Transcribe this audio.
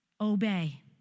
Obey